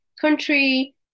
country